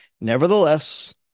Nevertheless